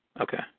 Okay